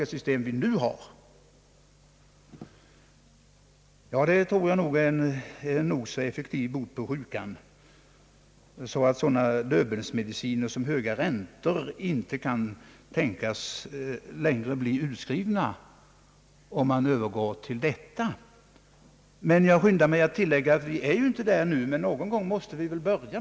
Om man övergår till en sådan, tror jag det vore en nog så effektiv bot mot sjukdomen, så att sådan Döbelnsmedicin som högräntor inte längre kan tänkas bli utskriven. Jag skyndar mig att tillägga: Vi är inte där ännu! Men någon gång måste vi väl börja.